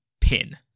pin